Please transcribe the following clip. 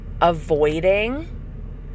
avoiding